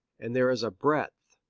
and there is a breadth,